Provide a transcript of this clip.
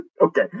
Okay